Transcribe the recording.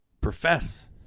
profess